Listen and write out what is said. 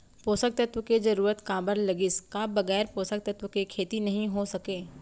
पोसक तत्व के जरूरत काबर लगिस, का बगैर पोसक तत्व के खेती नही हो सके?